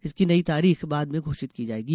इसकी नई तारीख बाद में घोषित की जायेगी